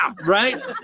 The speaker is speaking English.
Right